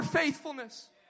faithfulness